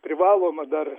privaloma dar